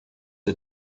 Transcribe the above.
are